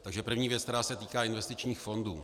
Takže první věc, která se týká investičních fondů.